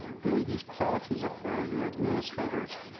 really these policies are for your administrators,